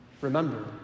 remember